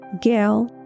Gail